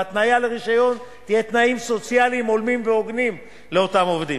וההתניה לרשיון תהיה תנאים סוציאליים הולמים והוגנים לאותם עובדים.